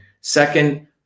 Second